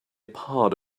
part